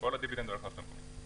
כל הדיבידנד עובר לרשות המקומית,